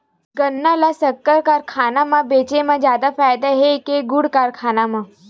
गन्ना ल शक्कर कारखाना म बेचे म जादा फ़ायदा हे के गुण कारखाना म?